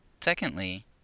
secondly